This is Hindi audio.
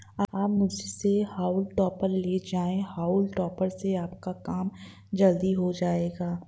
आप मुझसे हॉउल टॉपर ले जाएं हाउल टॉपर से आपका काम जल्दी हो जाएगा